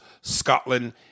Scotland